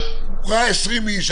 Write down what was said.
ראה 20 איש,